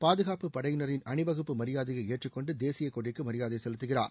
பாதுகாப்பு படையினரின் அணிவகுப்பு மரியாதையை ஏற்றுக்கொண்டு தேசியக் கொடிக்கு மரியாதை செலுத்துகிறார்